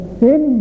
sin